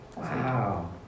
Wow